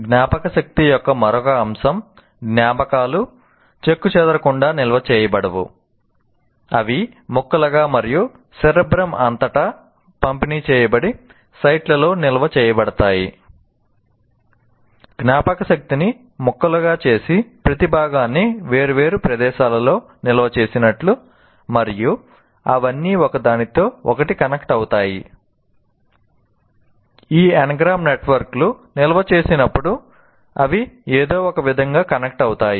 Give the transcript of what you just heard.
జ్ఞాపకశక్తి యొక్క మరొక అంశం జ్ఞాపకాలు చెక్కుచెదరకుండా నిల్వ చేయబడవు అవి ముక్కలుగా మరియు సెరెబ్రమ్ నెట్వర్క్ లు నిల్వ చేసేటప్పుడు అవి ఏదో ఒకవిధంగా కనెక్ట్ అవుతాయి